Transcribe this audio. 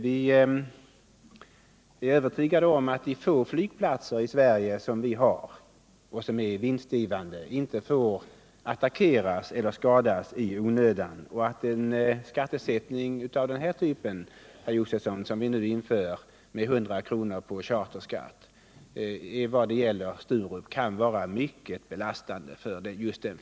Vi är övertygade om att de få flygplatser i Sverige som är vinstgivande inte får attackeras eller skadas i onödan och att en skattebeläggning av den typ som vi nu inför med 100 kr. per charterresa kan komma att utgöra en mycket svår belastning för Sturup.